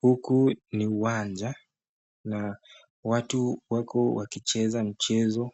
Huku ni uwanja na watu wako wakicheza mchezo